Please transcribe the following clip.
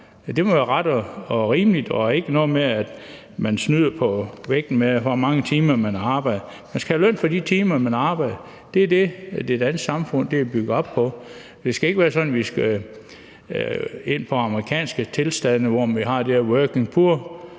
det skal ikke være noget med, at man snyder på vægten med, hvor mange timer man har arbejdet. Man skal have løn for de timer, man arbejder. Det er det, det danske samfund er bygget op på. Det skal ikke være sådan, at vi skal ind på amerikanske tilstande, hvor vi har de her working poor,